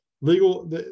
Legal